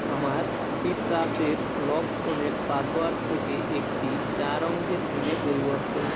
আমার সিট্রাসের লক ফোনের পাসওয়ার্ড থেকে একটি চার অঙ্কের পিনে পরিবর্তন